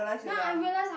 now I realise I